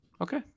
Okay